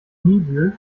niebüll